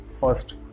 First